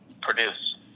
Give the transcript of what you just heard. produce